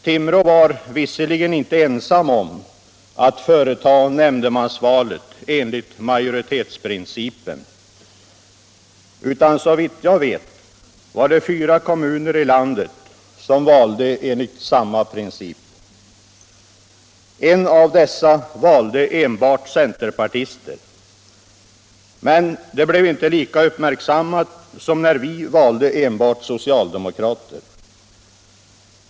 Timrå var visserligen inte ensamt om att företa nämndemansvalet enligt majoritetsprincipen, utan såvitt jag vet var det fyra kommuner i landet som valde enligt samma princip. En av dessa valde enbart centerpartister, men det blev inte lika uppmärksammat som när vi valde enbart socialdemokrater.